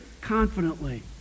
confidently